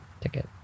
ticket